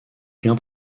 bien